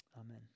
Amen